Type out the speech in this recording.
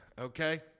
okay